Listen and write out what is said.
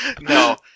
No